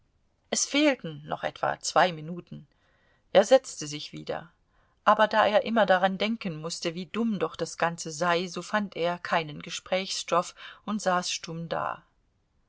es fehlten noch etwa zwei minuten er setzte sich wieder aber da er immer daran denken mußte wie dumm doch das ganze sei so fand er keinen gesprächsstoff und saß stumm da